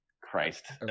Christ